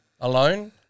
Alone